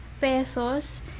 pesos